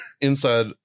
inside